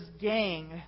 gang